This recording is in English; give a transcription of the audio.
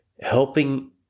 helping